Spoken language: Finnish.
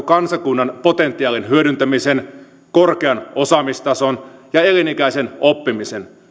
kansakunnan potentiaalin hyödyntämisen korkean osaamistason ja elinikäisen oppimisen